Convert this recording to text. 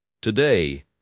Today